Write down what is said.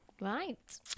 Right